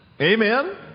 Amen